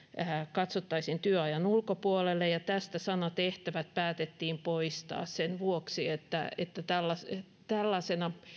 katsottaisiin työaikalain ulkopuolelle ja tästä sana tehtävät päätettiin poistaa sen vuoksi että että tällaisessa